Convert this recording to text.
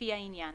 לפי העניין: